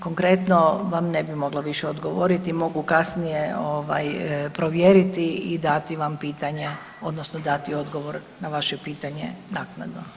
Konkretno vam ne bi mogla više odgovoriti, mogu kasnije provjeriti i dati vam pitanje odnosno dati odgovor na vaše pitanje naknadno.